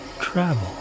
travel